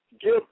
give